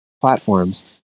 platforms